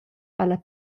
alla